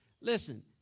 Listen